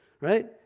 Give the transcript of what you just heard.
Right